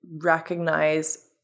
recognize